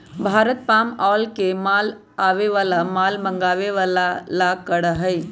Bharat palm oil के माल आवे ला या माल मंगावे ला करा हई